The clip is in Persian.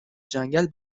جنگل